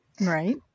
Right